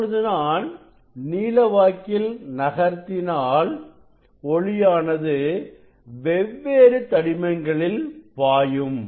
இப்பொழுது நான் நீளவாக்கில் நகர்த்தினாள் ஒளியானது வெவ்வேறு தடிமங்களில் பாயும்